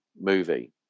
movie